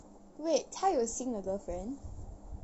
wait 他有新的 girlfriend